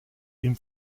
ihm